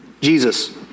Jesus